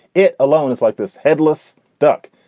it alone is like this headless duck.